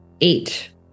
eight